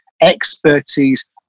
expertise